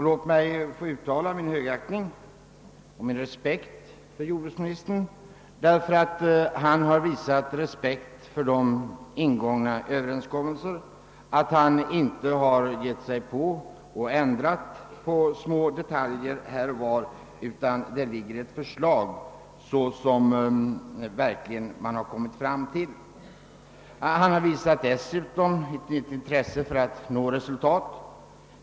Låt mig få uttala min högaktning för jordbruksministern för att han har visat respekt för de ingångna överenskommelserna och inte givit sig på att ändra små detaljer här och var. Jordbruksministern har dessutom visat intresse för att verkligen nå resultat.